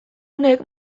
honek